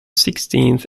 sixteenth